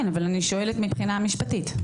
כן, אבל אני שואלת מבחינה משפטית.